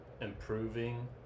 improving